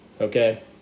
Okay